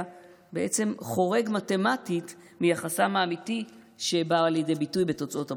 בעצם חורג מתמטית מיחסם האמיתי שבא לידי ביטוי בתוצאות הבחירות.